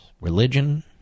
religion